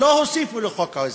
שלא הוסיפו לחוק ההסדרים.